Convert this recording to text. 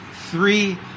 three